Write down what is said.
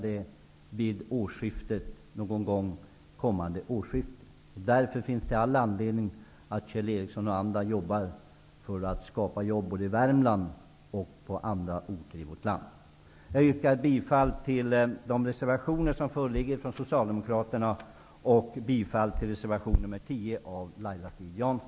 Det är en otillständig situation. Därför finns det all anledning för Kjell Ericsson och andra att arbeta för att skapa jobb, både i Värmland och i andra delar av vårt land. Jag instämmer i det yrkande som tidigare framförts av Georg Andersson och Berit Andnor och yrkar därutöver bifall till reservation 10 av Laila Strid